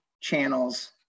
channels